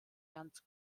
ganz